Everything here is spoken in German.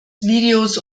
videos